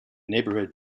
neighborhood